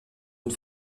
une